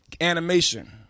animation